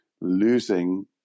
losing